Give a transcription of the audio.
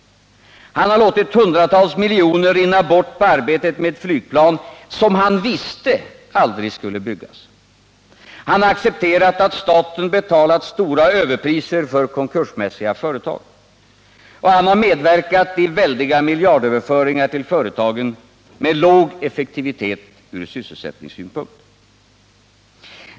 Han har låtit hundratals miljoner rinna bort på arbetet med ett flygplan, som han visste aldrig skulle byggas. Han har accepterat att staten betalat stora överpriser för konkursmässiga företag. Och han har medverkat i väldiga miljardöverföringar till företagen med låg effektivitet ur sysselsättningssynpunkt.